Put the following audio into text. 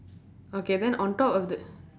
okay then on top of the